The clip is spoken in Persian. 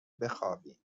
بخوابیم